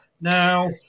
Now